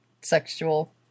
sexual